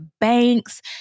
banks